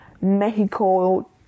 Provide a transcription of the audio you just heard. Mexico